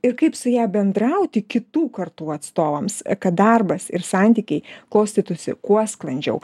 ir kaip su ja bendrauti kitų kartų atstovams kad darbas ir santykiai klostytųsi kuo sklandžiau